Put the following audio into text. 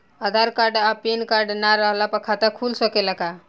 आधार card आ PAN card ना रहला पर खाता खुल सकेला का?